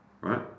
right